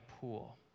pool